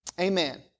Amen